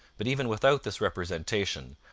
but even without this representation,